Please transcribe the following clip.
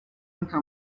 nka